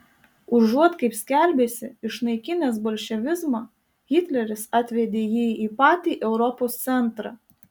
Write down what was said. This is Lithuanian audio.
užuot kaip skelbėsi išnaikinęs bolševizmą hitleris atvedė jį į patį europos centrą